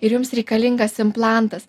ir jums reikalingas implantas